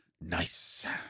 Nice